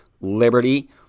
liberty